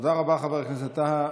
תודה רבה, חבר הכנסת טאהא.